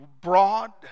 broad